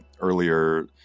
earlier